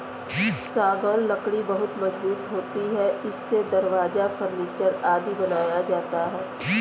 सागौन लकड़ी बहुत मजबूत होती है इससे दरवाजा, फर्नीचर आदि बनाया जाता है